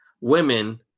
women